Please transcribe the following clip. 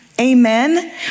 Amen